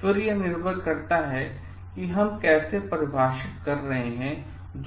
फिर यह निर्भर करता है कि हम कैसे परिभाषित कर रहे हैं